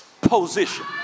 position